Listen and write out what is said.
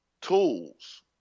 Tools